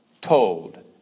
told